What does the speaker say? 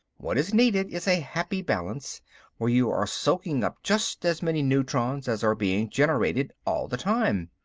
what is needed is a happy balance where you are soaking up just as many neutrons as are being generated all the time.